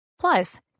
Plus